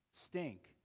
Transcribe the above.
stink